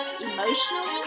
emotionally